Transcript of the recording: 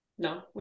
No